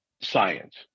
science